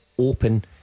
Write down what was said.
Open